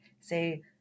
say